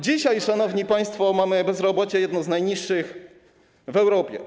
Dzisiaj, szanowni państwo, mamy bezrobocie jedno z najniższych w Europie.